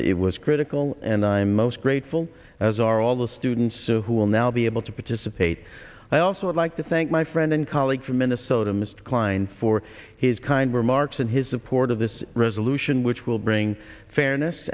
it was critical and i am most grateful as are all the students who will now be able to participate i also would like to thank my friend and colleague from minnesota mr klein for his kind remarks and his support of this resolution which will bring fairness